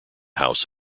house